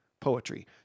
poetry